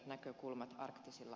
herra puhemies